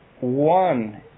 One